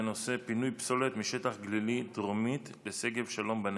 בנושא: פינוי פסולת משטח גלילי דרומית לשגב שלום בנגב.